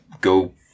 go